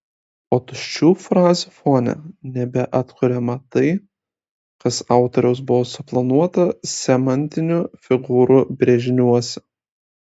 o tuščių frazių fone nebeatkuriama tai kas autoriaus buvo suplanuota semantinių figūrų brėžiniuose